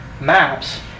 maps